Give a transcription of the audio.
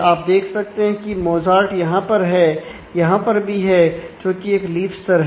आप देख सकते हैं कि मौजार्ट यहां पर है और यहां पर भी है जोकि एक लीफ स्तर है